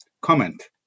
comment